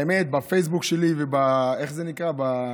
האמת שבפייסבוק שלי, ואיך זה נקרא?